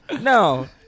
No